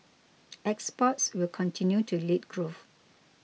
exports will continue to lead growth